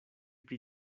pri